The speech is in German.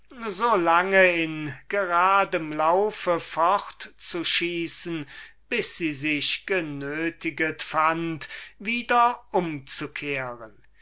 lange in geradem lauf fortzuschießen bis sie sich genötiget fand wieder umzukehren